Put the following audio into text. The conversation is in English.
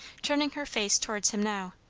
turning her face towards him now.